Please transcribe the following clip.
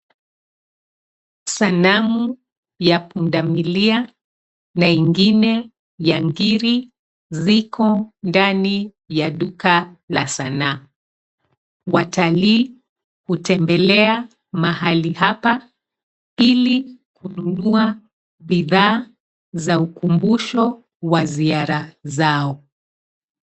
Sanamu ya punda milia na ingine ya ngiri ziko ndani ya duka la sanaa. Watalii hutembelea mahali hapa ili kununua bidhaa za ukumbusho wa ziara zao.